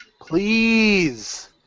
Please